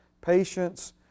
patience